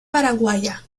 paraguaya